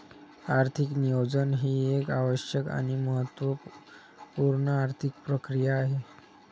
आर्थिक नियोजन ही एक आवश्यक आणि महत्त्व पूर्ण आर्थिक प्रक्रिया आहे